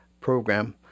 program